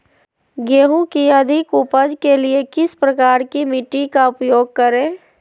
गेंहू की अधिक उपज के लिए किस प्रकार की मिट्टी का उपयोग करे?